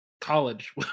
college